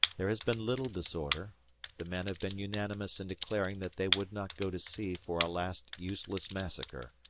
there has been little disorder the men have been unanimous in declaring that they would not go to sea for a last useless massacre,